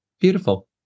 Beautiful